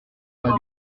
pas